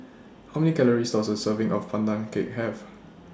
How Many Calories Does A Serving of Pandan Cake Have